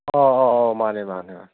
ꯑꯥꯎ ꯑꯥꯎ ꯑꯥꯎ ꯃꯥꯟꯅꯦ ꯃꯥꯟꯅꯦ ꯃꯥꯅꯦ